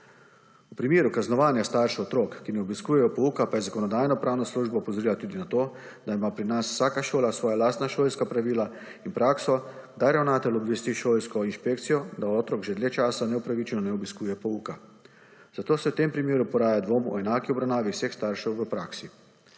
V primeru kaznovanja staršev otrok, ki ne obiskujejo pouka, pa je Zakonodajno-pravna služba opozorila tudi na to, da ima pri nas vsaka šola svoja lastna šolska pravila in prakso, da ravnatelj obvesti šolsko inšpekcijo, da otrok že dlje časa neupravičeno ne obiskuje pouka. Zato se v tem primeru poraja dvom o enaki obravnavi vseh staršev v praksi.